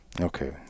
okay